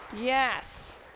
Yes